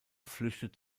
flüchtet